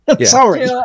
sorry